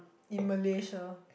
in malaysia